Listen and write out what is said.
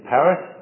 Paris